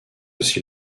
aussi